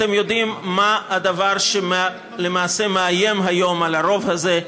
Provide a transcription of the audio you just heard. אתם יודעים מה הדבר שלמעשה מאיים היום על הרוב הזה?